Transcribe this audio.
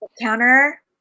counter